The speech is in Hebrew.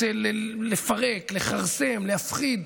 רוצה לפרק, לכרסם, להפחיד.